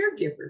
caregivers